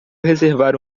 reservar